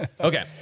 Okay